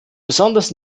besonders